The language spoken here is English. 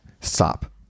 Stop